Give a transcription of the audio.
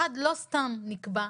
אחת, לא סתם נקבע,